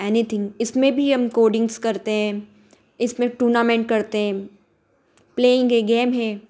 anything इसमें भी हम कोडिंग्स करते हैं इसमें टूर्नामेंट करते हैं प्लेइंग है गेम है